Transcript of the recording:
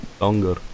longer